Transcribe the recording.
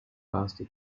faster